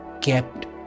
kept